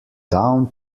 down